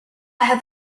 have